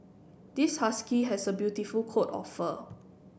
this husky has a beautiful coat of fur